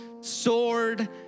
sword